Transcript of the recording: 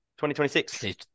2026